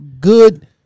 good